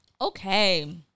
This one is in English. Okay